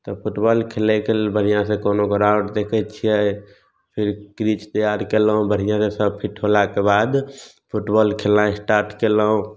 तऽ फुटबॉल खेलयके लेल बढ़िऑं सऽ कोनो गराउण्ड देखै छियै फिर किरीच तैयार केलहुॅं बढ़िऑं जकाँ फिट होलाके बाद फुटबॉल खेलनाइ स्टार्ट कयलहुॅं